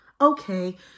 okay